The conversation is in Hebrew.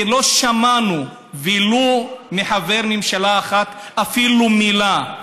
כי לא שמענו ולו מחבר ממשלה אחד אפילו מילה.